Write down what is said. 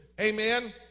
Amen